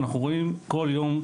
אנחנו רואים כל יום,